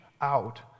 out